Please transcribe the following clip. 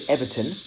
Everton